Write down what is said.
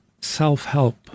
self-help